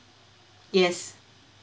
yes